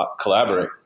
collaborate